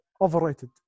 Overrated